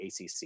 ACC